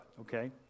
okay